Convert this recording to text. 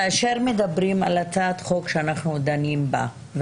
כאשר מדברים על הצעת החוק שאנחנו דנים בה,